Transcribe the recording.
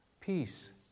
Peace